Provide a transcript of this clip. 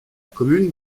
commune